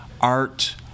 art